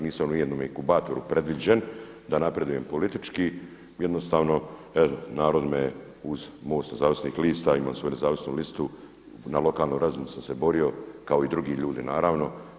Nisam ni u jednom inkubatoru predviđen da napredujem politički, jednostavno narod me uz MOST Nezavisnih lista imam svoju nezavisnu listu na lokalnoj razini sam se borio kao i drugi ljudi naravno.